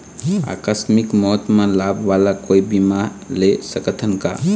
आकस मिक मौत म लाभ वाला कोई बीमा ले सकथन का?